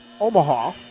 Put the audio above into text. Omaha